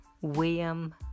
William